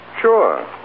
Sure